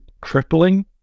crippling